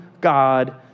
god